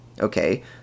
Okay